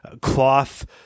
cloth